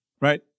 Right